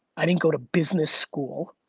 i didn't go to business school,